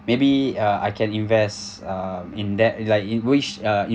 maybe uh I can invest uh in that like in which uh